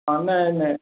अँ नहि नहि